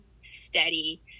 steady